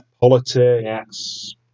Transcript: politics